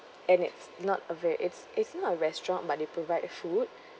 and it's not a very it's it's not a restaurant but they provide food